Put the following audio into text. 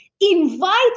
invite